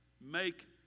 Make